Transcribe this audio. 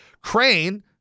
Crane